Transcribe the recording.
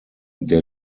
der